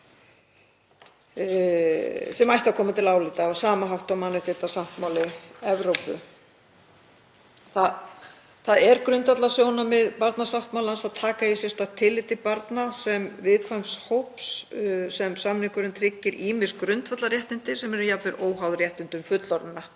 sem ætti að koma til álita á sama hátt og mannréttindasáttmáli Evrópu. Það er grundvallarsjónarmið barnasáttmálans að taka eigi sérstakt tillit til barna sem viðkvæms hóps og samningurinn tryggir þeim ýmis grundvallarréttindi sem eru jafnvel óháð réttindum fullorðinna.